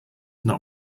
not